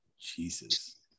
Jesus